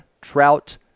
Trout